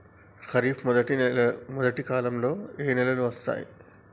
ఖరీఫ్ మొదటి కాలంలో ఏ నెలలు వస్తాయి?